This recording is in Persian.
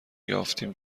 یافتیم